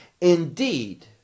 Indeed